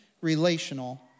relational